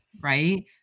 right